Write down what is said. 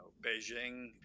Beijing